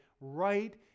right